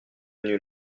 venus